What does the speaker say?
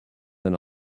than